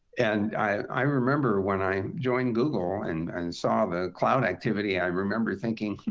and i remember when i joined google and and saw the cloud activity, i remember thinking, hmm,